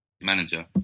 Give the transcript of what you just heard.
manager